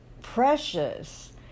precious